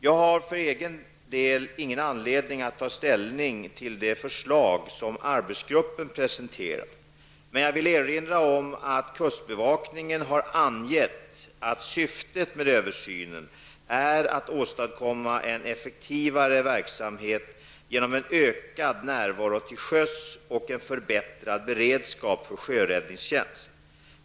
Jag har för egen del ingen anledning att ta ställning till det förslag som arbetsgruppen presenterat, men jag vill erinra om att kustbevakningen har angett att syftet med översynen är att åstadkomma en effektivare verksamhet genom en ökad närvaro till sjöss och en förbättrad beredskap för sjöräddningstjänst.